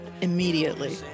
immediately